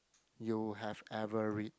you have ever read